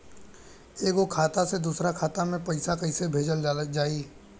एगो खाता से दूसरा खाता मे पैसा कइसे भेजल जाई?